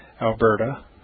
Alberta